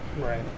Right